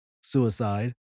suicide